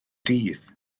dydd